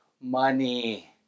money